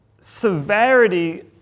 severity